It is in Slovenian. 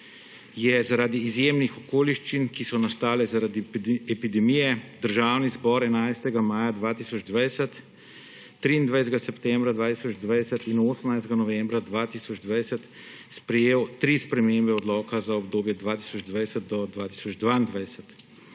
je zaradi izjemnih okoliščin, ki so nastale zaradi epidemije, Državni zbor 11. maja 2020, 23. septembra 2020 in 18. novembra 2020 sprejel tri spremembe odloka za obdobje 2020–2022.